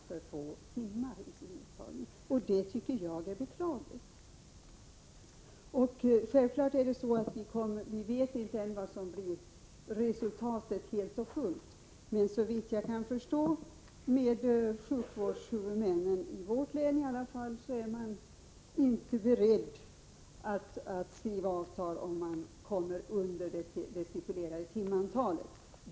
Det tycker jag är beklagligt. Självfallet vet vi ännu inte helt och fullt hur resultatet kommer att bli, men såvitt jag kan förstå är i alla fall inte sjukvårdshuvudmännen beredda att teckna avtal, om läkarna kommer under det stipulerade timantalet.